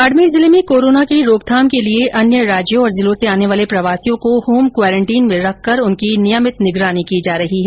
बाडमेर जिले में कोरोना की रोकथाम के लिए अन्य राज्यों और जिलों से आने वाले प्रवासियों को होम क्वारेन्टीन में रखकर उनकी नियमित मोनिटरिंग की जा रही है